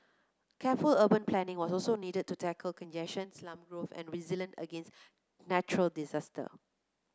careful urban planning was also needed to tackle congestion slum growth and resilience against natural disaster